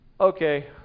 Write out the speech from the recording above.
Okay